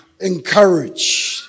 encourage